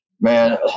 man